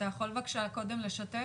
אתה יכול, בבקשה, קודם לשתף?